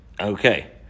Okay